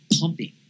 pumping